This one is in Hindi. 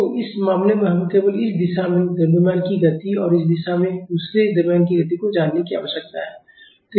तो इस मामले में हमें केवल इस दिशा में इस द्रव्यमान की गति और इस दिशा में दूसरे द्रव्यमान की गति को जानने की आवश्यकता है